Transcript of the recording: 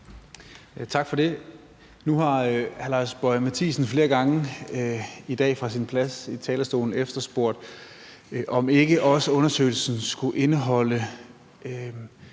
Tak for det. Nu har hr. Lars Boje Mathiesen i dag flere gange fra sin plads efterspurgt, om ikke også undersøgelsen skulle indeholde